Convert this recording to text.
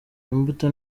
imbuto